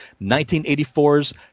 1984's